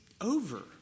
over